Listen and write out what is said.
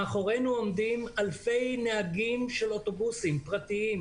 מאחורינו עומדים אלפי נהגים של אוטובוסים פרטיים,